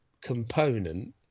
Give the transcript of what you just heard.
component